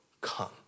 come